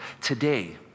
Today